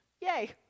Yay